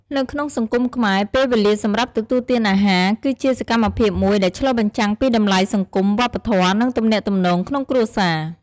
នៅក្នុងសង្គមខ្មែរ ពេលវេលាសម្រាប់ទទួលទានអាហារ គឹជាសកម្មភាពមួយដែលឆ្លុះបញ្ចាំងពីតម្លៃសង្គម វប្បធម៌ និងទំនាក់ទំនងក្នុងគ្រួសារ។